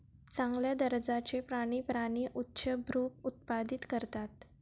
चांगल्या दर्जाचे प्राणी प्राणी उच्चभ्रू उत्पादित करतात